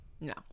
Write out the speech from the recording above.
No